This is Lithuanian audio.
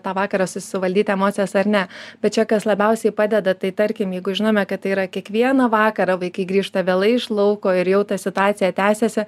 tą vakarą susivaldyt emocijas ar ne bet čia kas labiausiai padeda tai tarkim jeigu žinome kad tai yra kiekvieną vakarą vaikai grįžta vėlai iš lauko ir jau ta situacija tęsiasi